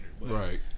right